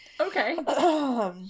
Okay